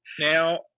Now